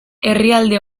herrialde